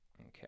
okay